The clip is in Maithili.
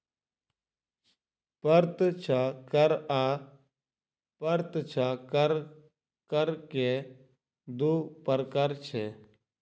प्रत्यक्ष कर आ अप्रत्यक्ष कर, कर के दू प्रकार छै